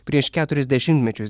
prieš keturis dešimtmečius